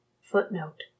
Footnote